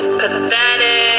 pathetic